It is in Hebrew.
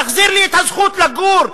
תחזיר לי את הזכות לגור,